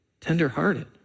Tenderhearted